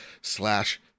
slash